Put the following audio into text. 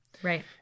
Right